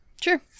sure